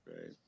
Right